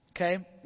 Okay